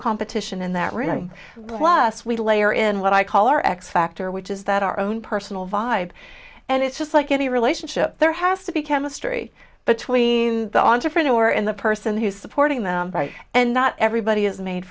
competition in that room plus we layer in what i call our x factor which is that our own personal vibe and it's just like any relationship there has to be chemistry between the entrepreneur and the person who's supporting them right and not everybody is made